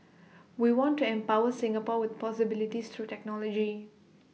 we want to empower Singapore with possibilities through technology